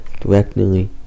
directly